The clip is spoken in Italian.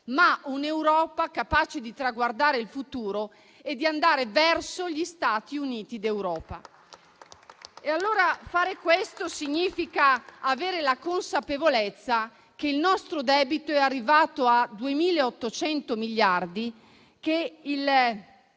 ma un'Europa capace di traguardare il futuro e di andare verso gli Stati Uniti d'Europa. Fare questo significa avere la consapevolezza che il nostro debito è arrivato a 2.800 miliardi, che il